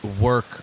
work